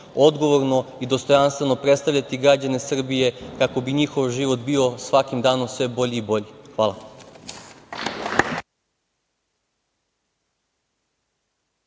odgovorno i dostojanstveno predstavljati građane Srbije kako bi njihov život bio svakim danom sve bolji i bolji. Hvala.